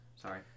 Sorry